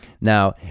Now